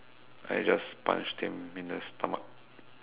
I just punched him in the stomach